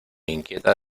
inquieta